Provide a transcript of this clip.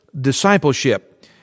discipleship